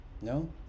No